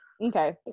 Okay